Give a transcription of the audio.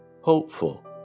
hopeful